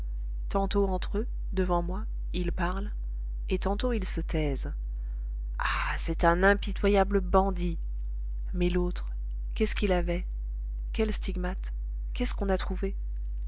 tantôt entre eux devant moi ils parlent et tantôt ils se taisent ah c'est un impitoyable bandit mais l'autre qu'est-ce qu'il avait quels stigmates qu'est-ce qu'on a trouvé